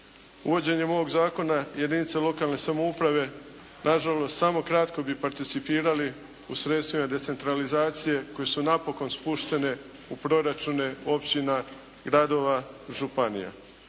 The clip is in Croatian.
Uvođenjem ovog zakona jedinice lokalne samouprave na žalost samo kratko bi participirali u sredstvima decentralizacije koje su napokon spuštene u proračune općina, gradova, županija.